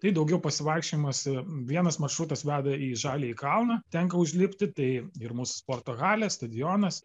tai daugiau pasivaikščiojimas vienas maršrutas veda į žaliąjį kalną tenka užlipti tai ir mūsų sporto halė stadionas